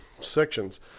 sections